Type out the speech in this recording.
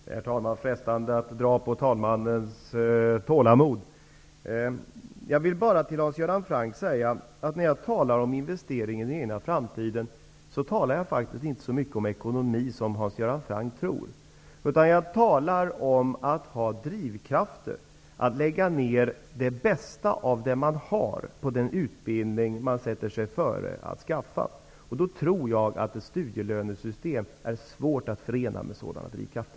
Herr talman! Jag frestar nu på talmannens tålamod. När jag talar om investeringar i den egna framtiden, talar jag faktiskt inte så mycket om ekonomi som Hans Göran Franck tror. Jag talar i stället om drivkrafter. Man skall lägga ned det bästa man har på den utbildning man föresätter sig att skaffa. Jag tror att ett studielönesystem är svårt att förena med sådana drivkrafter.